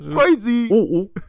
Crazy